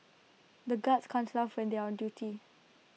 the guards can't laugh when they are on duty